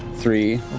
three,